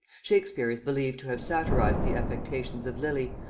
shakespeare is believed to have satirized the affectations of lilly,